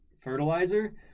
fertilizer